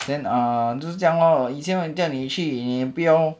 then err 就是这样 lor 以前人家叫你去你也不要 lor